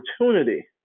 opportunity